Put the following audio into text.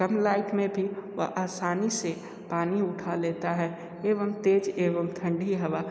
कम light में भी वह आसानी से पानी उठा लेता है एवं तेज़ एवं ठंडी हवा